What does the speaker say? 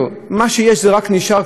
רק נשאר קצת ממכוניות.